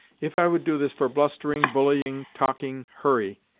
if i would do this for blustering, bullying, talking hurry,